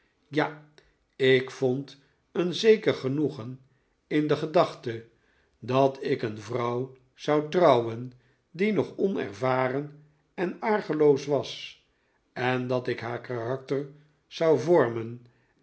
ja ik vond een zeker genoegen in de gedachte dat ik een vrouw zou trouwen die nog onervaren en argeloos was en dat ik haar karakter zou vormen